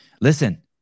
Listen